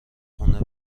خونه